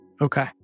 Okay